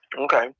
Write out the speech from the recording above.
Okay